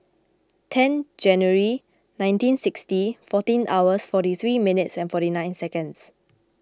ten January nineteen sixty fourteen hours forty three minutes and forty nine seconds